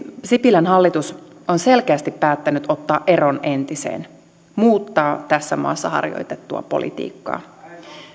sipilän hallitus on selkeästi päättänyt ottaa eron entiseen muuttaa tässä maassa harjoitettua politiikkaa